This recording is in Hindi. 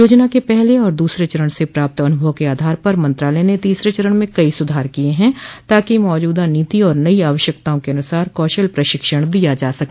योजना के पहले और दूसरे चरण से प्राप्त अनुभव के आधार पर मंत्रालय ने तीसरे चरण में कई सुधार किये हैं ताकि मौजूदा नीति और नई आवश्यकताओं के अनुसार कौशल प्रशिक्षण दिया जा सके